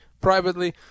privately